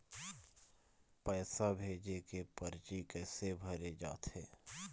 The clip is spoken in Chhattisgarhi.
पैसा भेजे के परची कैसे भरे जाथे?